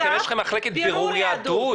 יש לכם מחלקת בירור יהדות?